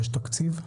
יש תקציב?